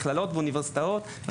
מכללות ואוניברסיטאות,